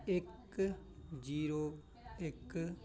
ਇੱਕ ਜੀਰੋ ਇੱਕ